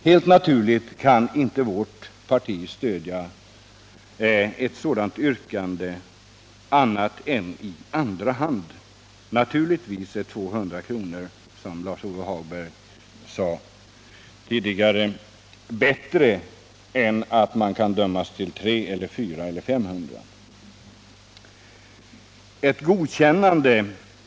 Helt naturligt kan vårt parti inte stödja ett sådant yrkande annat än i andra hand. Givetvis är 200 kr., som Lars-Ove Hagberg tidigare sade, bättre än 300, 400 eller 500 kr.